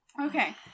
Okay